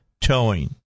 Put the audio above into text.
Towing